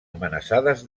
amenaçades